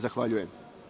Zahvaljujem.